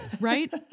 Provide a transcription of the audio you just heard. Right